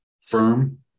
firm